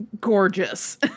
gorgeous